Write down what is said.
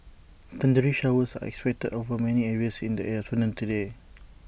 thundery showers are expected over many areas in the afternoon today